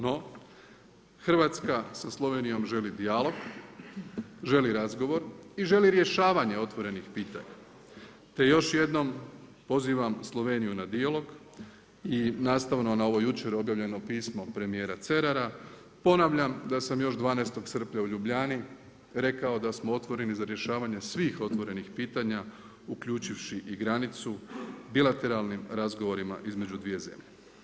No, Hrvatska sa Slovenijom želi dijalog, želi razgovor i želi dijalog, želi razgovor i želi rješavanje otvorenih pitanja, te je još jednom pozivam Sloveniju na dialog i nastavno na ovo jučer obavljeno pismo premjera Cerara, ponavljam da sam još 12. srpnja u Ljubljani rekao da smo otvoreni za rješavanje svih otvorenih pitanja uključivši i granicu bilateralnih razgovorima između dvije zemlje.